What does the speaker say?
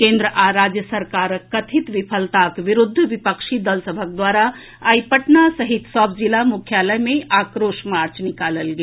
केन्द्र आ राज्य सरकारक कथित विफलताक विरूद्ध विपक्षी दल सभक द्वारा आइ पटना सहित सभ जिला मुख्यालय मे आक्रोश मार्च निकालल गेल